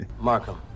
Markham